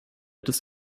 des